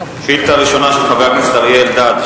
של חבר הכנסת אריה אלדד,